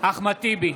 נגד אחמד טיבי,